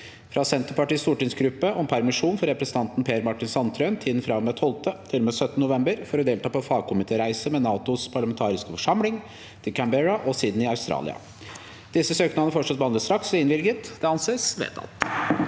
fra Senterpartiets stortingsgruppe om permisjon for representanten Per Martin Sandtrøen i tiden fra og med 12. til og med 17. november for å delta på fagkomitéreise med NATOs parlamentariske forsamling til Canberra og Sydney i Australia Disse søknader foreslås behandlet straks og innvilget. – Det anses vedtatt.